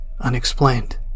unexplained